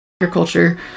agriculture